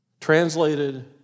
Translated